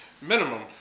Minimum